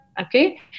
Okay